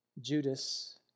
Judas